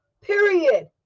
period